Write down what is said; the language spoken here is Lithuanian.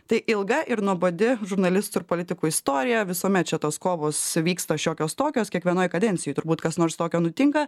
tai ilga ir nuobodi žurnalistų ir politikų istorija visuomet čia tos kovos vyksta šiokios tokios kiekvienoj kadencijoj turbūt kas nors tokio nutinka